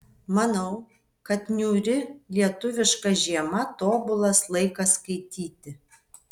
manau kad niūri lietuviška žiema tobulas laikas skaityti